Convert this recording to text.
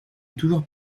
toujours